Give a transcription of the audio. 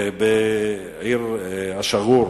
ואם בעיר שגור,